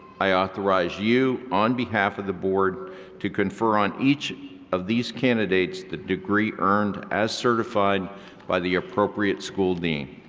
i authorize you on behalf of the board to confer on each of these candidates the degree earned as certified by the appropriate school dean.